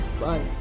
Bye